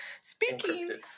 Speaking